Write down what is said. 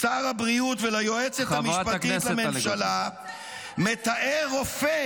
לשר הבריאות וליועצת המשפטית לממשלה מתאר רופא